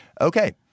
okay